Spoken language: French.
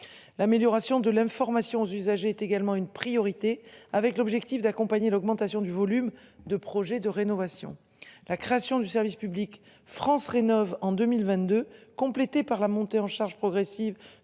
L'amélioration de l'information aux usagers est également une priorité avec l'objectif d'accompagner l'augmentation du volume de projets de rénovation. La création du service public France rénove en 2022, complété par la montée en charge progressive